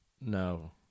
No